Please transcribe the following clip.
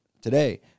today